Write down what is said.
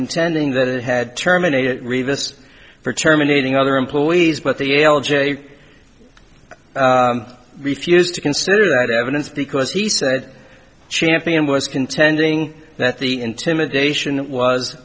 contending that it had terminated reavis for terminating other employees but the l j refused to consider that evidence because he said champion was contending that the intimidation was